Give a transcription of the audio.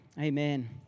Amen